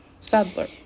Sadler